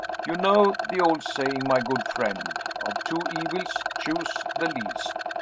you know the old saying, my good friend of two evils, choose the least.